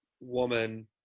woman